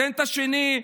הפטנט השני,